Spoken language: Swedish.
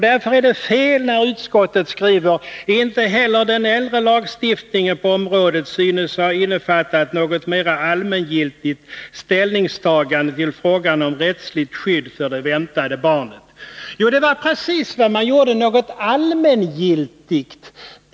Därför är det fel när utskottet skriver: ”Inte heller den äldre lagstiftningen på området synes ha innefattat något mera allmängiltigt ställningstagande till frågan om rättsligt skydd för det väntade barnet.” Jo, det var precis vad den gjorde — det fanns just ”något allmängiltigt”.